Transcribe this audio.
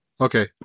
Okay